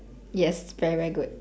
yes very very good